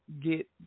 get